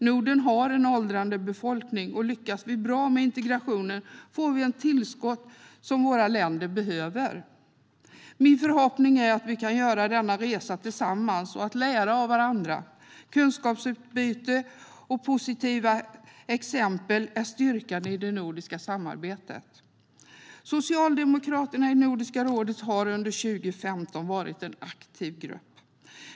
Norden har en åldrande befolkning, och lyckas vi bra med integrationen får vi ett tillskott som våra länder behöver. Min förhoppning är att vi kan göra denna resa tillsammans och lära av varandra. Kunskapsutbyte och positiva exempel är styrkan i det nordiska samarbetet. Socialdemokraterna i Nordiska rådet har under 2015 varit en aktiv grupp.